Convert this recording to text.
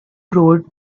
road